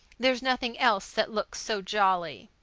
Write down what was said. there is nothing else that looks so jolly.